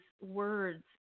words